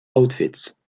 outfits